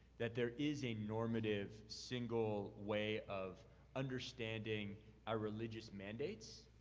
that there is a normative, single way of understanding our religious mandates.